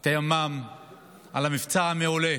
אתה לא אוהב את החוק, אבל הוא קיים.